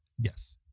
Yes